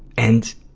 and